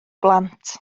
blant